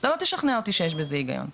אתה לא תשכנע אותי שיש בזה היגיון,